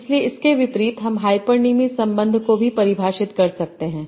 इसलिए इसके विपरीत हम हाइपरनीमी संबंध को भी परिभाषित कर सकते हैं